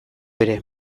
ere